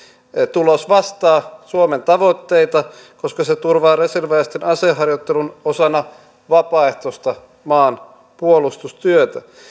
tulos vastaa suomen tavoitteita koska se turvaa reserviläisten aseharjoittelun osana vapaaehtoista maanpuolustustyötä